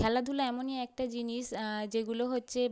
খেলাধূলা এমনিই একটা জিনিস যেগুলো হচ্ছে